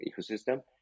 ecosystem